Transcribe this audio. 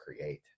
create